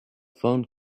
phone